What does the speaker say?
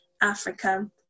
Africa